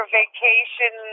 vacation